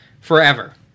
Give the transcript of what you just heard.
forever